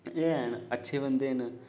एह् हैन अच्छे बंदे न